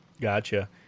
gotcha